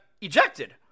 ejected